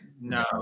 No